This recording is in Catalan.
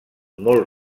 molt